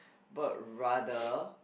but rather